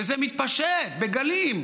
וזה מתפשט, בגלים,